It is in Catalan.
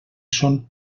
són